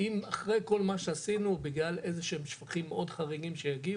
אם אחרי כל מה שעשינו בגלל אילו שהם שפכים מאוד חריגים שיגיעו,